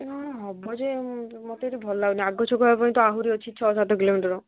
ହବ ଯେ ମୋତେ ଏଠି ଭଲ ଲାଗୁନି ଆଗ ଛକ ପାଇଁ ତ ଆହୁରି ଅଛି ଛଅ ସାତ କିଲୋମିଟର